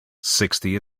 sixty